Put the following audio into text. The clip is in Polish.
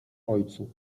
ojcu